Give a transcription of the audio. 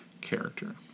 character